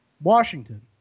Washington